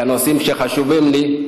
שהנושאים שחשובים לי,